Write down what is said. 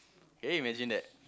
can you imagine that